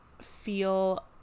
feel